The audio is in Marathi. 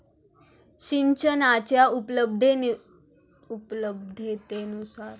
सिंचनाच्या उपलब्धतेनुसार कोणत्या शेती करता येतील?